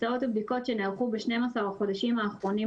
תוצאות הבדיקות שנערכו ב-12 החודשים האחרונים